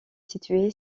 situé